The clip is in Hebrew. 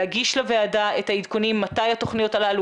להגיש לוועדה את העדכונים מתי התוכניות הללו,